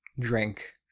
drink